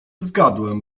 zgadłem